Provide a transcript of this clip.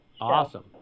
Awesome